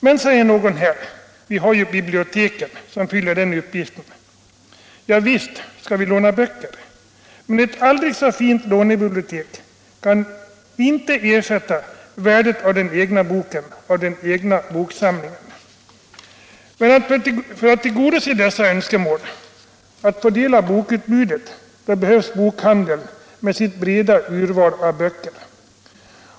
Men säger någon: ”Vi har ju biblioteken som fyller den uppgiften.” Ja, visst skall vi låna böcker, men ett aldrig så fint lånebibliotek kan inte ersätta värdet av den egna boken, av den egna boksamlingen. För att tillgodose dessa önskemål, att få del av bokutbudet, behövs bokhandeln med sitt breda urval av böcker.